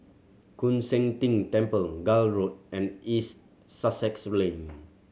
Koon Seng Ting Temple Gul Road and East Sussex Lane